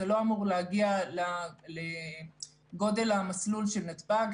זה לא אמור להגיע לגודל המסלול של נתב"ג,